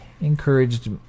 encouraged